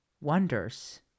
wonders